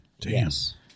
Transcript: yes